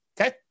Okay